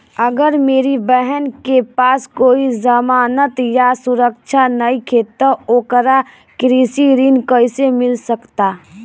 अगर मेरी बहन के पास कोई जमानत या सुरक्षा नईखे त ओकरा कृषि ऋण कईसे मिल सकता?